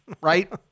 Right